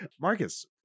Marcus